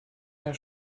der